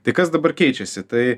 tai kas dabar keičiasi tai